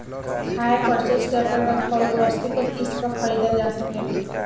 hire purchase के अंतर्गत कौनो वस्तु के किस्त पर खरीदल जा सकेला